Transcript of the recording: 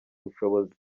ubushobozi